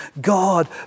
God